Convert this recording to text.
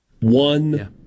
One